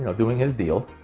doing his deal.